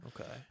okay